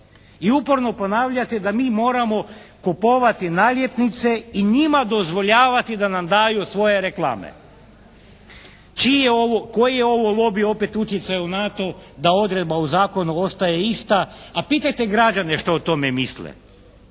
I uporno ponavljate da mi moramo kupovati naljepnice i njima dozvoljavati da nam daju svoje reklame. Čiji je ovo, koji je ovo lobij opet utjecao na to da odredba u zakonu ostaje ista? A pitajte građane što o tome misle?